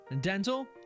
dental